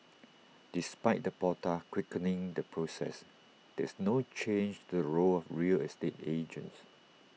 despite the portal quickening the process there's no change to the role of real estate agents